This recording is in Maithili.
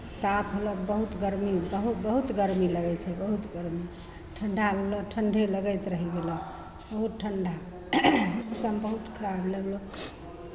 ताप होलह तऽ बहुत गर्मी बहुत बहुत गर्मी लगै छै बहुत गर्मी ठण्ढा लगलह तऽ ठण्ढे लगैत रहि गेलह बहुत ठण्ढा मौसम बहुत खराब लगलह